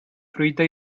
fruita